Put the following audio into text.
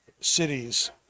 cities